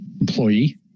employee